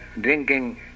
drinking